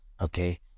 okay